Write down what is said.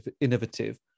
innovative